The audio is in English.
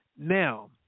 Now